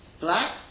black